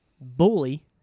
Bully